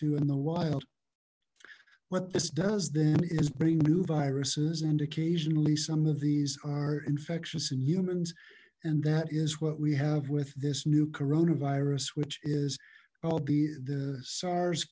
to in the wild what this does then is bring new viruses and occasionally some of these are infectious in humans and that is what we have with this new corona virus which is well be the sars